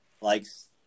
likes